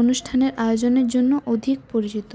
অনুষ্ঠানের আয়োজনের জন্য অধিক পরিচিত